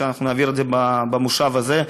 שנעביר את זה במושב הזה.